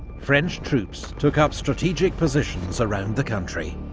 french troops took up strategic positions around the country.